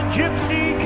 gypsy